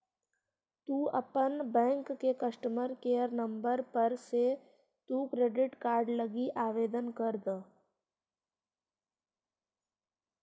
तु अपन बैंक के कस्टमर केयर नंबर पर से तु क्रेडिट कार्ड लागी आवेदन कर द